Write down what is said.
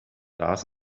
das